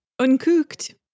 Uncooked